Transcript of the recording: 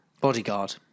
bodyguard